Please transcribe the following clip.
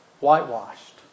whitewashed